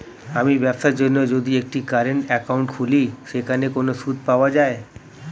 আমি ব্যবসার জন্য যদি একটি কারেন্ট একাউন্ট খুলি সেখানে কোনো সুদ পাওয়া যায়?